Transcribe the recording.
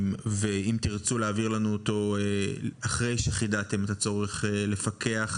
אם תרצו תעבירו לנו אותו אחרי שחידדתם את הצורך לפקח,